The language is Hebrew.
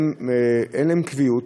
אין להן קביעות,